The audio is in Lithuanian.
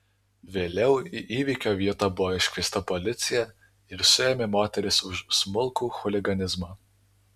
vėliau į įvykio vietą buvo iškviesta policija ir suėmė moteris už smulkų chuliganizmą